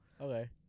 Okay